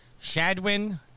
Shadwin